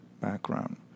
background